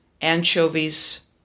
anchovies